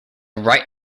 right